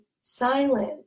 silent